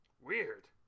Weird